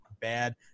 bad